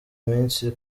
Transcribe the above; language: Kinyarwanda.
iminsi